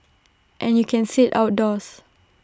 and you can sit outdoors